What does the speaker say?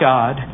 God